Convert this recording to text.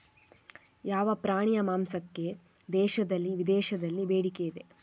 ಯಾವ ಪ್ರಾಣಿಯ ಮಾಂಸಕ್ಕೆ ದೇಶದಲ್ಲಿ ವಿದೇಶದಲ್ಲಿ ಬೇಡಿಕೆ ಇದೆ?